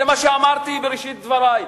זה מה שאמרתי בראשית דברי.